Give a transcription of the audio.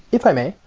if i may?